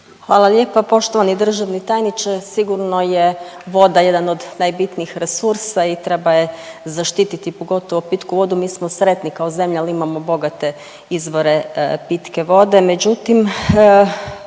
Hvala lijepa poštovani državni tajniče. Sigurno je voda jedan od najbitnijih resursa i treba je zaštititi, pogotovo pitku vodu. Mi smo sretni kao zemlja jer imamo bogate izvore pitke vode,